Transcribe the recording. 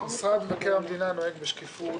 משרד מבקר המדינה נוהג בשקיפות.